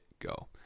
go